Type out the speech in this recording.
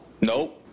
Nope